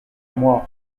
moi